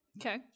Okay